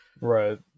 Right